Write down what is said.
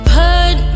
put